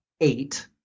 eight